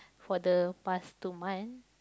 for the past two month